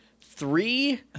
three